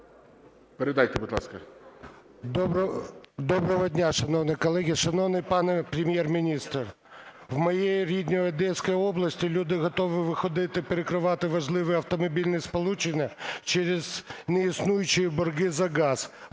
Доброго дня, шановні колеги! Шановний пане Прем'єр-міністр, в моїй рідній Одеській області люди готові виходити і перекривати важливі автомобільні сполучення через неіснуючі борги за газ,